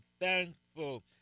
thankful